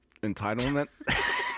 Entitlement